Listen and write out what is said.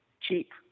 cheap